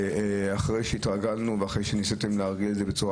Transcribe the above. אחרי שהתרגלנו וניסיתם לארגן את זה בצורה